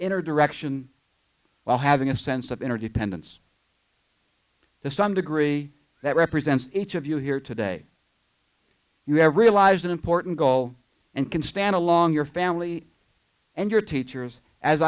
inner direction while having a sense of inner dependence to some degree that represents each of you here today you have realized an important goal and can stand along your family and your teachers as